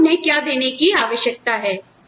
आपको उन्हें क्या देने की आवश्यकता है